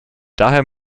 daher